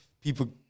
people